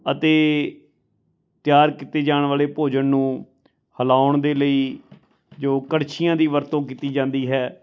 ਅਤੇ ਤਿਆਰ ਕੀਤੇ ਜਾਣ ਵਾਲੇ ਭੋਜਨ ਨੂੰ ਹਿਲਾਉਣ ਦੇ ਲਈ ਜੋ ਕੜਛੀਆਂ ਦੀ ਵਰਤੋਂ ਕੀਤੀ ਜਾਂਦੀ ਹੈ